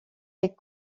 est